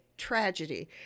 tragedy